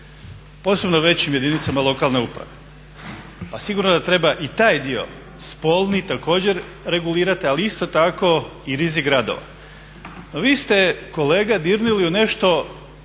posebno u većim jedinicama lokalne uprave. Pa sigurno da treba i taj dio …/Govornik se ne razumije./… također regulirati ali isto tako i rizik gradova. Vi ste kolega dirnuli u nešto